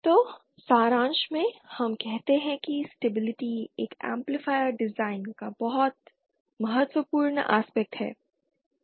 तो सारांश में हम कहते हैं कि स्टेबिलिटी एक एम्पलीफायर डिजाइन का बहुत महत्वपूर्ण आस्पेक्ट है